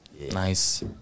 Nice